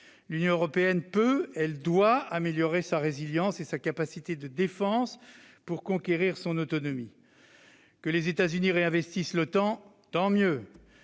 L'Union européenne peut et doit améliorer sa résilience et sa capacité de défense pour conquérir son autonomie. Que les États-Unis réinvestissent l'OTAN, tant mieux !